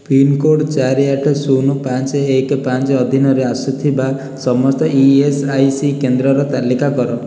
pincode ଚାରି ଆଠ ଶୂନ ପାଞ୍ଚ ଏକ ପାଞ୍ଚ ଅଧୀନରେ ଆସୁଥିବା ସମସ୍ତ ଇ ଏସ୍ ଆଇ ସି କେନ୍ଦ୍ରର ତାଲିକା କର